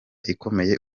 ikomeye